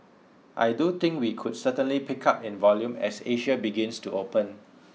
I do think we could certainly pick up in volume as Asia begins to open